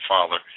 Father